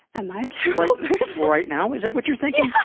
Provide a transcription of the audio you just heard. am i a terrible person? right now? is that what you're thinking?